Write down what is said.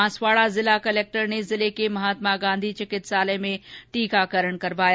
बांसवाड़ा जिला कलेक्टर ने जिले के महात्मा गांधी चिकित्सालय में टीकाकरण करवाया